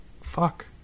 fuck